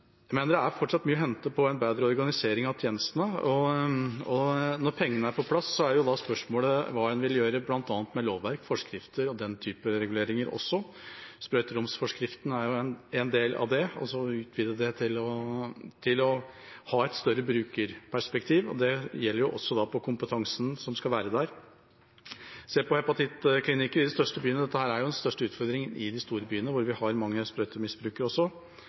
det er fortsatt mye å hente på en bedre organisering av tjenestene. Når pengene er på plass, er spørsmålet hva en vil gjøre med bl.a. lovverk, forskrifter og den typen reguleringer – sprøyteromsforskriften er en del av det – å utvide det til et større brukerperspektiv. Det gjelder også for kompetansen som skal være der. En kan se på det med hepatittklinikker i de største byene – dette er jo en utfordring som er størst i de store byene, hvor vi har mange